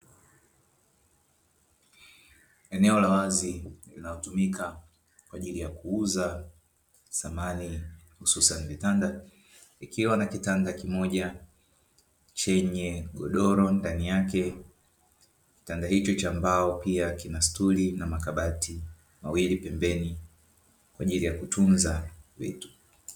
Eneo la wazi linalotumika kwa ajili ya kuuza samani hususani vitanda, ikiwa na kitanda kimoja chenye godolo ndani yake, kitanda hicho Cha mbao pia kina stoli na makabati mawili pembeni kwa ajili ya kutunza vitu.